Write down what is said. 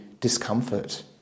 discomfort